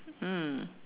mm